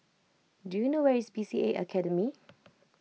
do you know where is B C A Academy